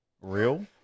Real